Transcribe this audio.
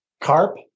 carp